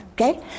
okay